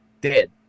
Dead